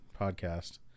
podcast